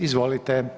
Izvolite.